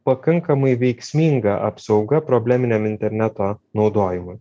pakankamai veiksminga apsauga probleminiam interneto naudojimui